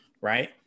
right